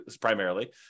primarily